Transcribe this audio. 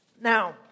Now